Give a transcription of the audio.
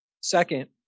Second